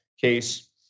case